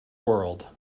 world